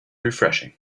refreshing